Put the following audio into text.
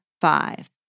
five